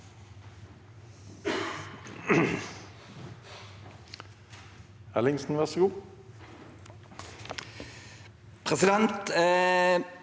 Presidenten